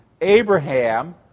Abraham